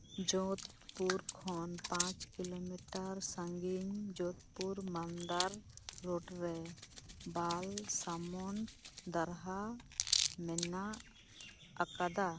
ᱡᱳᱫᱷᱯᱩᱨ ᱠᱷᱚᱱ ᱯᱟᱸᱪ ᱠᱤᱞᱳᱢᱤᱴᱟᱨ ᱥᱟᱺᱜᱤᱧ ᱡᱳᱫᱷᱯᱩᱨ ᱢᱟᱱᱫᱟᱨ ᱨᱳᱰ ᱨᱮ ᱵᱟᱞᱥᱟᱢᱚᱱᱰ ᱫᱟᱨᱦᱟ ᱢᱮᱱᱟᱜ ᱟᱠᱟᱫᱟ